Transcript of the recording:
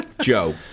Joe